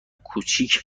کوچیک